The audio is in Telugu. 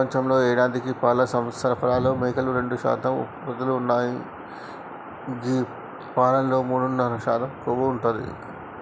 ప్రపంచంలో యేడాదికి పాల సరఫరాలో మేకలు రెండు శాతం ఉత్పత్తి చేస్తున్నాయి గీ పాలలో మూడున్నర శాతం కొవ్వు ఉంటది